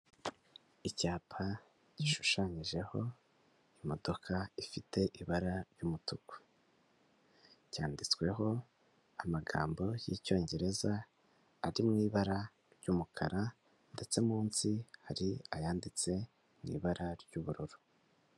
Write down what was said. Icyapa gishushanyijeho imodoka ifite ibara ry'umutuku. Cyanditsweho amagambo y'icyongereza ari mu ibara ry'umukara ndetse munsi hari ayanditse mu ibara ry'ubururu.